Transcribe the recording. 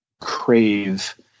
crave